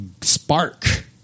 spark